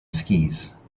skis